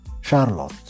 charlotte